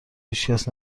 هیچکس